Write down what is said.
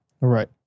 Right